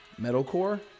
Metalcore